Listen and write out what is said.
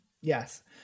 Yes